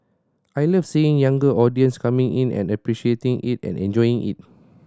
I love seeing younger audience coming in and appreciating it and enjoying it